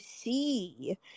see